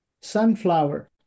sunflower